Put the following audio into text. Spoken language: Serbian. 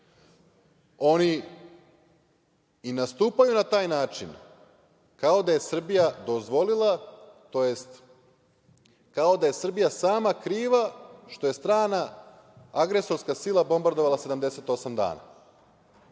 Oni i nastupaju na taj način, kao da je Srbija dozvolila, tj. kao da je Srbija sama kriva što ju je strana agresorska sila bombardovala 78